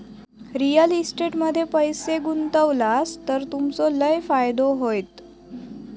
real estate मध्ये पैशे गुंतवलास तर तुमचो लय फायदो होयत